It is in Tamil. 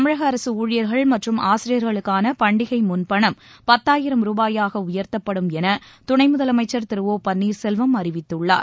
தமிழக அரசு ஊழியர்கள் மற்றும் ஆசிரியர்களுக்கான பண்டிகை முன்பணம் பத்தாயிரம் ரூபாயாக உயர்த்தப்படும் என துணை முதலமைச்சர் திரு ஒ பன்னீர்செல்வம் அறிவித்துள்ளார்